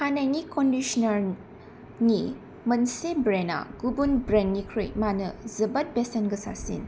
खानायनि कन्डिस'नारनि मोनसे ब्रेन्डा गुबुन ब्रेन्डनिख्रुइ मानो जोबोद बेसेन गोसासिन